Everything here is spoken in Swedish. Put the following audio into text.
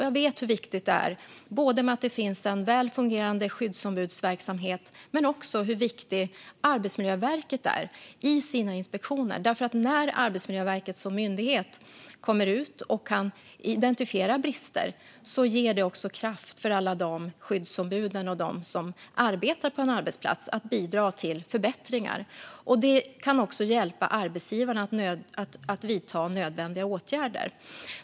Jag vet hur viktigt det är att det finns en väl fungerande skyddsombudsverksamhet men också hur viktigt Arbetsmiljöverket är genom sina inspektioner. När Arbetsmiljöverket som myndighet kommer ut och kan identifiera brister ger det kraft åt alla skyddsombud och de arbetar på en arbetsplats att bidra till förbättringar. Det kan också hjälpa arbetsgivarna att vidta nödvändiga åtgärder.